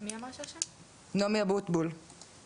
לפני מעל שנה בנינו